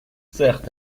certes